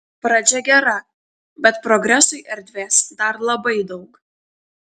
pradžia gera bet progresui erdvės dar labai daug